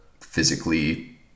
physically